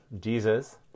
Jesus